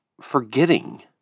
forgetting